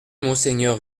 monseigneur